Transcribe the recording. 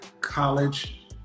college